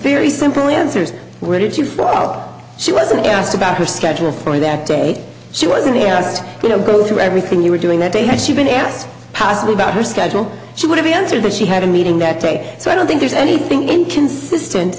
very simple answers where did she fall she wasn't asked about her schedule for that day she wasn't a i was you know go through everything you were doing that day had she been asked possibly about her schedule she would have answered that she had a meeting that day so i don't think there's anything inconsistent